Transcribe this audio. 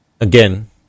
again